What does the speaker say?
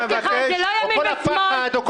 לא ימין ושמאל.